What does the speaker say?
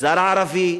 במגזר הערבי,